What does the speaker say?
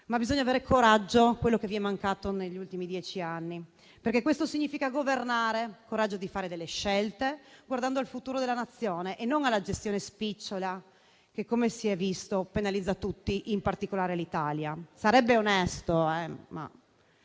ma bisogna avere coraggio, quello che vi è mancato negli ultimi dieci anni, perché questo significa governare, ossia avere coraggio di fare delle scelte, guardando al futuro della Nazione e non alla gestione spicciola, che, come si è visto, penalizza tutti, in particolare l'Italia. Sarebbe onesto, ma